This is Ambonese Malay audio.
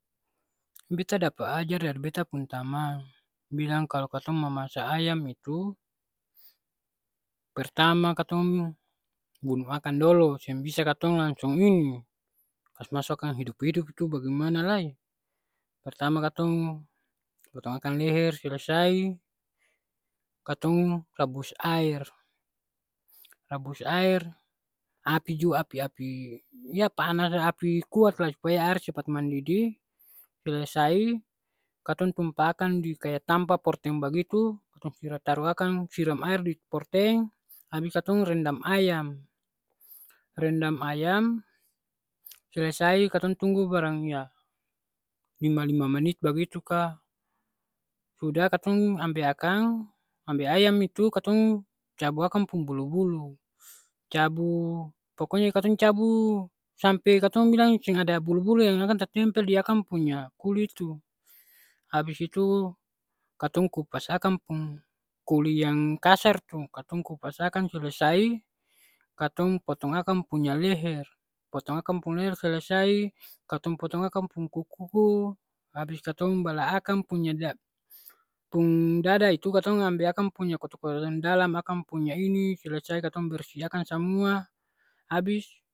Beta dapa ajar dari beta pung tamang. Bilang kalo katong mamasa ayam itu, pertama katong bunu akang dolo, seng bisa katong langsung ini. Kas masu akang hidup-hidup tu bagemana lai. Pertama katong potong akang leher selesai, katong rabus aer, api jua api api ya panas, api kuat lah supaya aer cepat mandidih, selesai katong tumpa akang di kaya tampa porteng bagitu, taru akang, siram aer di porteng, abis katong rendam ayam. Rendam ayam, selesai katong tunggu barang yaa lima lima menit bagitu ka, sudah katong ambe akang, ambe ayam itu katong cabu akang pung bulu-bulu. Cabu pokonya katong cabu sampe katong bilang seng ada bulu-bulu yang akang tatempel di akang punya kuli itu. Abis itu katong kupas akang pung kuli yang kasar tu. Katong kupas akang selesai, katong potong akang punya leher. Potong akang pung leher selesai, katong potong akang pung kuku kuku, abis katong bala akang punya da- pung dada itu katong ambe akang punya kotor-kotor yang di dalam, akang punya ini, selesai katong bersih akang samua, abis